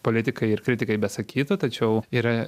politikai ir kritikai besakytų tačiau yra